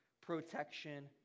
protection